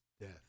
death